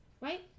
right